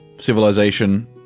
civilization